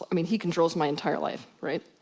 i mean he controls my entire life, right?